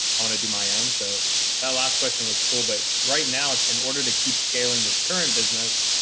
i'm going to do my own. um so that last question was cool, but right now it's in order to keep scaling this current business,